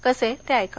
कसे ते ऐका